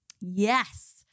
Yes